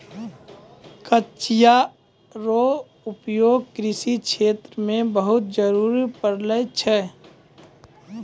कचिया रो उपयोग कृषि क्षेत्र मे बहुत जरुरी पड़ै छै